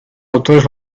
autores